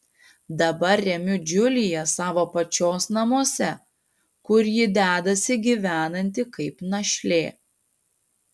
dabar remiu džiuliją savo pačios namuose kur ji dedasi gyvenanti kaip našlė